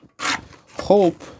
Hope